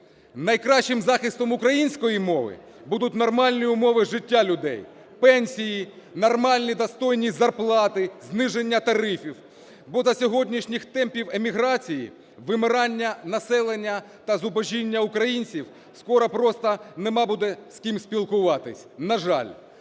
Найкращим захистом української мови будуть нормальні умови життя людей – пенсії, нормальні достойні зарплати, зниження тарифів, бо за сьогоднішніх темпів еміграції, вимирання населення та зубожіння українців скоро просто нема буде з ким спілкуватися. На жаль.